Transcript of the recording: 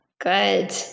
Good